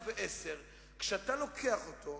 אתה הולך עם